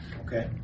Okay